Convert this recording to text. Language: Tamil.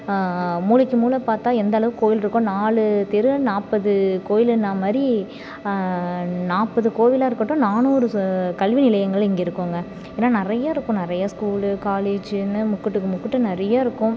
மூளைக்கு மூளை பார்த்தா எந்தளவுக்கு கோவில் இருக்கோ நாலு தெரு நாற்பது கோவிலுன்னா மாதிரி நாற்பது கோவிலாக இருக்கட்டும் நானூறு ச கல்வி நிலையங்கள் இங்கே இருக்குங்க ஏன்னா நிறையா இருக்கும் நிறையா ஸ்கூலு காலேஜின்னு முக்குட்டுக்கு முக்குட்டு நிறைய இருக்கும்